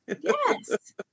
Yes